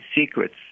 Secrets